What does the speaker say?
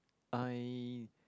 I